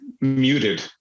muted